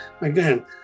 again